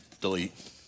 delete